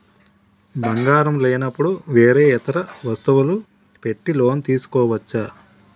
బంగారం లేనపుడు వేరే ఇతర వస్తువులు పెట్టి లోన్ తీసుకోవచ్చా?